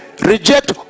reject